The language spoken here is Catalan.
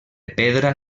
pedra